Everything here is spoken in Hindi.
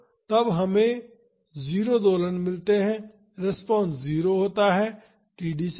तो तब हमें 0 दोलन मिलते हैं रिस्पांस 0 होता है td से परे